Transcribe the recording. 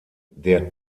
der